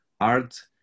art